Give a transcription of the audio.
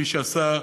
מי שעשה,